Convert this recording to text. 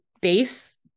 base